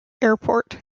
airport